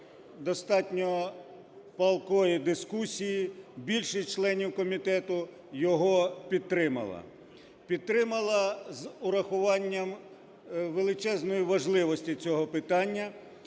достатньо палкої дискусії більшість членів комітету його підтримала. Підтримала з урахуванням величезної важливості цього питання